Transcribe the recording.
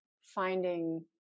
finding